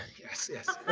yes